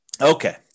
okay